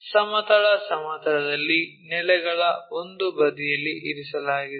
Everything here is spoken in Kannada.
ಸಮತಲ ಸಮತಲದಲ್ಲಿರುವ ನೆಲೆಗಳ ಒಂದು ಬದಿಯಲ್ಲಿ ಇರಿಸಲಾಗಿದೆ